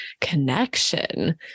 connection